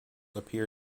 appear